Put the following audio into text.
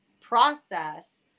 process